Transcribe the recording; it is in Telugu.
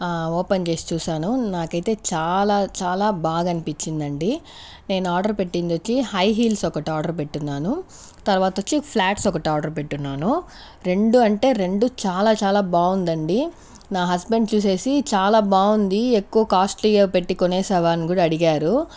ఆ ఓపెన్ చేసి చూసాను నాకైతే చాలా చాలా బాగా అనిపించింది అండి నేను ఆర్డర్ పెట్టింది వచ్చి హై హీల్స్ ఒకటి ఆర్డర్ పెట్టున్నాను తర్వాత వచ్చి ఫ్లాట్స్ ఒకటి ఆర్డర్ పెట్టున్నాను రెండు అంటే రెండు చాలా చాలా బాగుందండి నా హస్బెండ్ చూసేసి చాలా బాగుంది ఎక్కువ కాస్ట్లీగా పెట్టి కొనేశావా అని కూడా అడిగారు